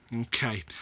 Okay